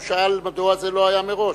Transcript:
הוא שאל מדוע זה לא היה מראש.